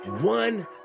One